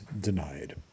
denied